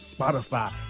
Spotify